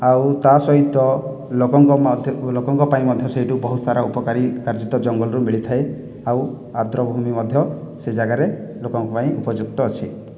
ଆଉ ତା' ସହିତ ଲୋକଙ୍କ ଲୋକଙ୍କ ପାଇଁ ମଧ୍ୟ ସେଇଠୁ ବହୁତ ସାରା ଉପକାରୀ କାର୍ଯ୍ୟ ତ ଜଙ୍ଗଲରୁ ମିଳିଥାଏ ଆଉ ଆର୍ଦ୍ର ଭୁମି ମଧ୍ୟ ସେ ଜାଗାରେ ଲୋକଙ୍କ ପାଇଁ ଉପଯୁକ୍ତ ଅଛି